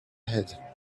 head